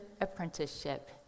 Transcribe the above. apprenticeship